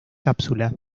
cápsula